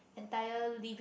entire living